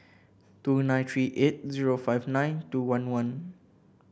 two nine three eight zero five nine two one one